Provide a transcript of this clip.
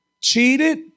cheated